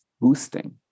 boosting